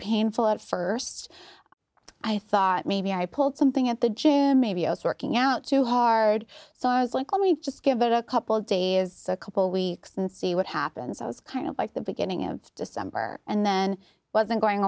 painful at st i thought maybe i pulled something at the june maybe us working out too hard so i was like let me just give it a couple days is a couple weeks and see what happens i was kind of like the beginning of december and then i wasn't going